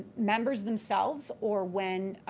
members themselves or when